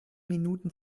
minuten